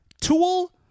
tool